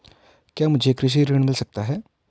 क्या मुझे कृषि ऋण मिल सकता है?